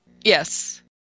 Yes